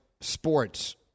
sports